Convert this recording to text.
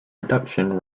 reduction